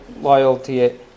loyalty